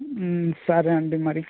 సరే అండి మరి